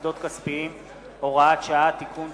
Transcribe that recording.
ומוסדות כספיים) (הוראת שעה) (תיקון),